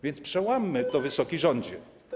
Więc przełammy to, wysoki rządzie.